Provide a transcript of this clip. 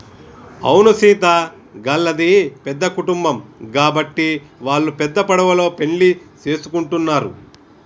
అవును సీత గళ్ళది పెద్ద కుటుంబం గాబట్టి వాల్లు పెద్ద పడవలో పెండ్లి సేసుకుంటున్నరు